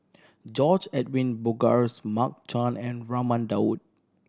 George Edwin Bogaars Mark Chan and Raman Daud